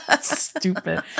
Stupid